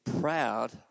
proud